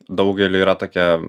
daugeliui yra tokia